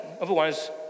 Otherwise